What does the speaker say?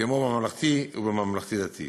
כמו בממלכתי ובממלכתי-דתי.